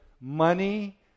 money